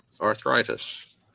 arthritis